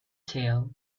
tail